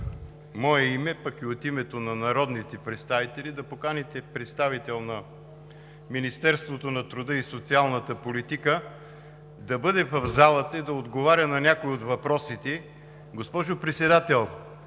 мое име, пък и от името на народните представители да поканите представител на Министерството на труда и социалната политика да бъде в залата и да отговаря на някои от въпросите. Госпожо Председател,